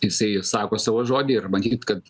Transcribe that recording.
jisai sako savo žodį ir matyt kad